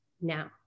now